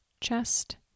chest